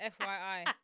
FYI